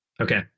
Okay